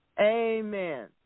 Amen